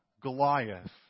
Goliath